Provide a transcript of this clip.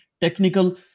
technical